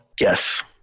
Yes